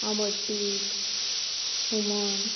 आमट टीक हुमण